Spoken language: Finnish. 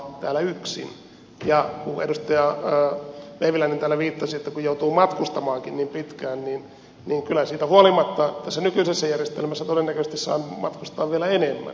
kun edustaja vehviläinen täällä viittasi siihen että joutuu matkustamaankin niin pitkään niin kyllä siitä huolimatta tässä nykyisessä järjestelmässä todennäköisesti saan matkustaa vielä enemmän